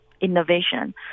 innovation